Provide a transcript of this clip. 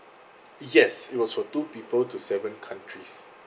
yes it was for two people to seven countries